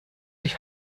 sich